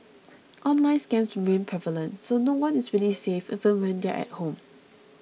online scams remain prevalent so no one is really safe even when they're at home